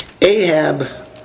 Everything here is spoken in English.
Ahab